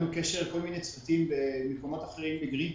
קשר כל מיני צוותים במקומות אחרים בגרינפיס,